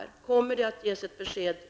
Kommer det att ges ett besked snart?